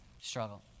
struggle